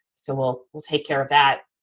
so we'll we'll take care of that.